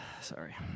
Sorry